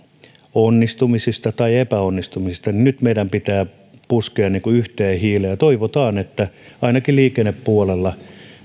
onnistumisista tai epäonnistumisista meidän pitää puhaltaa yhteen hiileen ja toivoa että ainakin liikennepuolella